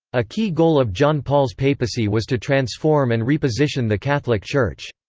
a key goal of john paul's papacy was to transform and reposition the catholic church.